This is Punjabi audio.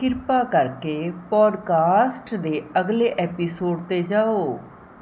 ਕਿਰਪਾ ਕਰਕੇ ਪੋਡਕਾਸਟ ਦੇ ਅਗਲੇ ਐਪੀਸੋਡ 'ਤੇ ਜਾਓ